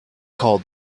called